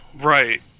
Right